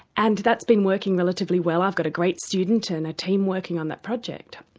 and that's been working relatively well. i've got a great student and a team working on that project.